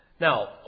Now